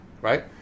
right